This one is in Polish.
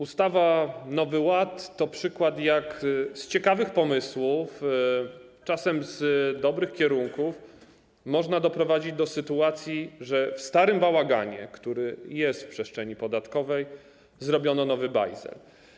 Ustawa Nowy Ład to przykład tego, jak z ciekawych pomysłów, czasem z dobrych kierunków można doprowadzić do sytuacji, że w starym bałaganie, który jest w przestrzeni podatkowej, zrobiono nowy bajzel.